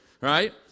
right